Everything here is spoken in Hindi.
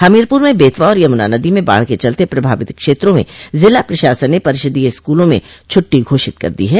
हमीरपुर में बेतवा और यमुना नदी में बाढ के चलते प्रभावित क्षेत्रों में जिला प्रशासन ने परिषदीय स्कूलों में छुट्टी घोषित कर दी है